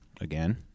again